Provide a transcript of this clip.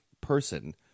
person